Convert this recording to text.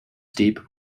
steep